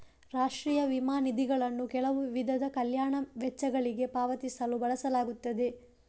ರಾಷ್ಟ್ರೀಯ ವಿಮಾ ನಿಧಿಗಳನ್ನು ಕೆಲವು ವಿಧದ ಕಲ್ಯಾಣ ವೆಚ್ಚಗಳಿಗೆ ಪಾವತಿಸಲು ಬಳಸಲಾಗುತ್ತದೆ